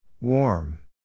Warm